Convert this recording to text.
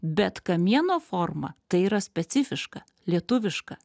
bet kamieno forma tai yra specifiška lietuviška